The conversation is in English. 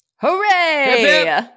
Hooray